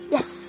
Yes